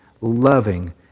loving